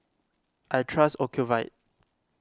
I trust Ocuvite